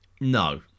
No